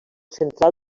central